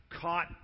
caught